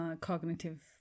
cognitive